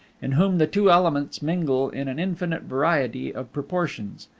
in whom the two elements mingle in an infinite variety of proportions.